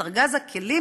את ארגז הכלים,